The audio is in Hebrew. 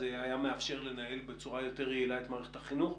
זה היה מאפשר לנהל בצורה יותר יעילה את מערכת החינוך.